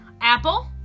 Apple